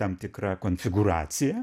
tam tikra konfigūracija